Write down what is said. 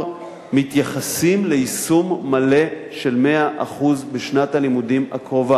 מתייחסות ליישום מלא של 100% בשנת הלימודים הקרובה.